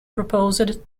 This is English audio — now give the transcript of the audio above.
proposed